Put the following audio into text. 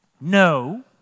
no